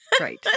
right